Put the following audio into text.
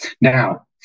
Now